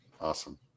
Awesome